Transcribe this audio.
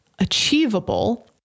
achievable